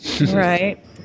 Right